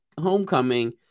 homecoming